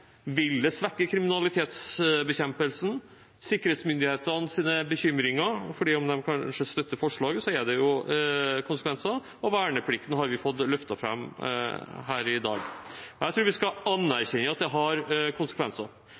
Vil det svekke kriminalitetsbekjempelsen? Sikkerhetsmyndighetene er bekymret, for selv om de kanskje støtter forslaget, har det konsekvenser. Verneplikten har vi også fått løftet fram i dag. Jeg tror vi skal anerkjenne at det har konsekvenser.